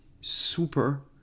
super